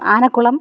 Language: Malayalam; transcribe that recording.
ആനക്കുളം